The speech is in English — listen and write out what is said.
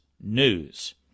news